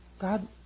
God